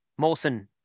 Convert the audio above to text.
Molson